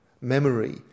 Memory